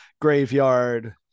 Graveyard